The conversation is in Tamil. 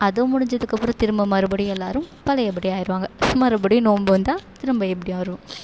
அது முடிஞ்சதுக்கப்புறோம் திரும்ப மறுபடியும் எல்லோரும் பழைய படி ஆகிருவாங்க மறுபடியும் நோன்பு வந்தால் திரும்ப இப்படி ஆகிரும்